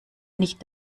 nicht